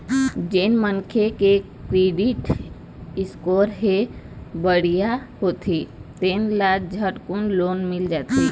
जेन मनखे के क्रेडिट स्कोर ह बड़िहा होथे तेन ल झटकुन लोन मिल जाथे